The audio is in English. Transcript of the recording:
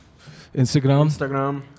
Instagram